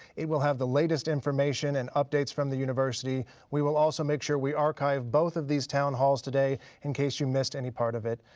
it will have the latest information and updates from the university. we will also make sure we archive both of these town halls today in case you missed any part of it.